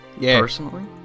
personally